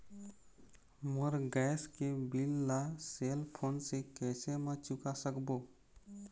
मोर gas के bill ला cell phone से कैसे म चुका सकबो?